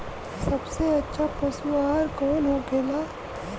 सबसे अच्छा पशु आहार कौन होखेला?